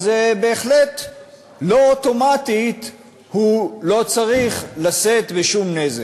אז בהחלט לא אוטומטית הוא לא צריך לשאת בשום נזק.